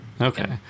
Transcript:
Okay